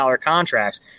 contracts